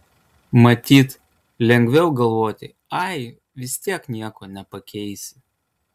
matyt lengviau galvoti ai vis tiek nieko nepakeisi